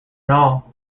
all